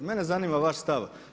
Mene zanima vaš stav.